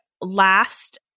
last